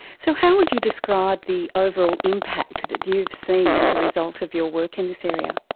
so how would you describe the overall impact that you've seen as a result of your work in this area?